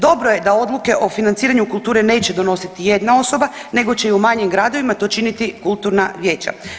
Dobro je da odluke o financiranju kulture neće donositi jedna osoba nego će u manjim gradovima to činiti kulturna vijeća.